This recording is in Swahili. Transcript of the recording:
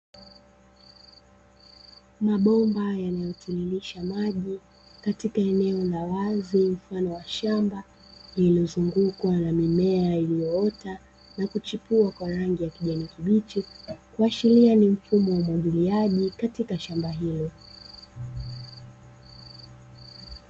Mabomba yanayotiririsha maji katika eneo la wazi mfano wa shamba lililozungukwa na mimea iliyoota na kuchipua kwa rangi ya kijani kibichi, kuashiria ni mfumo wa umwagiliaji katika shamba hilo.